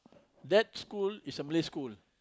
that school is a Malay school